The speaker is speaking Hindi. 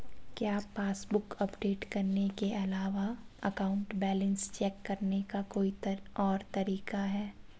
क्या पासबुक अपडेट करने के अलावा अकाउंट बैलेंस चेक करने का कोई और तरीका है?